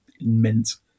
immense